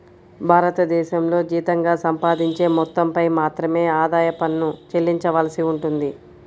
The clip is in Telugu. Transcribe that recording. భారతదేశంలో జీతంగా సంపాదించే మొత్తంపై మాత్రమే ఆదాయ పన్ను చెల్లించవలసి ఉంటుంది